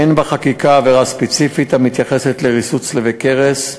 אין בחקיקה עבירה ספציפית המתייחסת לריסוס צלבי קרס.